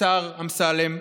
השר אמסלם,